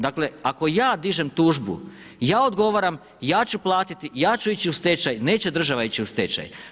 Dakle ako ja dižem tužbu, ja odgovaram, ja ću platiti, ja ću ići u stečaj, neće država ići u stečaj.